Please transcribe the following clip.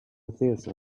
theater